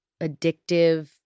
addictive